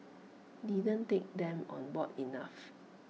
didn't take them on board enough